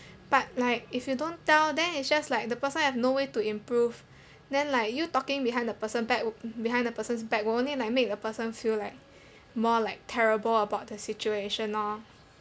but like if you don't tell then it's just like the person have no way to improve then like you talking behind the person back w~ behind the person's back will only like make the person feel like more like terrible about the situation lor